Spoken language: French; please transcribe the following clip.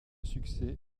succès